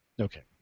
okay